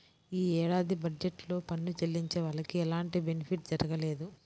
యీ ఏడాది బడ్జెట్ లో పన్ను చెల్లించే వాళ్లకి ఎలాంటి బెనిఫిట్ జరగలేదు